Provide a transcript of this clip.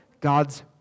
God's